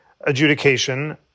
adjudication